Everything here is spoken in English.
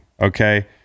okay